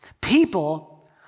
People